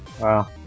Wow